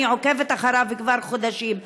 אני עוקבת אחריו כבר חודשים,